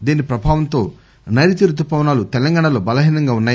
దీని ప్రభావంతో సైరుతీ రుతుపవనాలు తెలంగాణలో బలహీనంగా ఉన్నాయి